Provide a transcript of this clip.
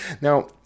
now